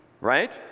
right